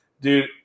Dude